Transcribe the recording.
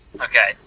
okay